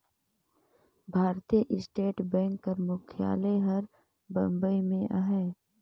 भारतीय state bank कर मुख्यालय हर बंबई में अहे